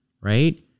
right